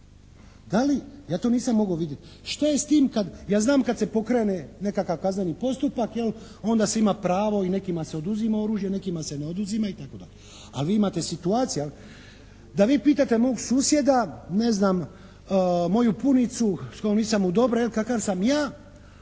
Da li? Ja to nisam mogao vidjeti. Šta je s tim kad? Ja znam kad se pokrene nekakav kazneni postupak jel' onda se ima pravo i nekima se oduzima oružje, nekima se ne oduzima i tako dalje. A vi imate situacija, da vi pitate mog susjeda, ne znam, moju punicu s kojom nisam u dobre jel' kakav sam ja?